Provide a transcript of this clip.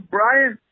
Brian